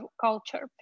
culture